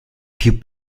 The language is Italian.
più